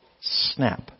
snap